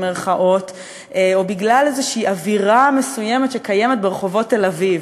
או בגלל אווירה מסוימת שקיימת ברחובות תל-אביב.